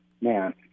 man